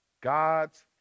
God's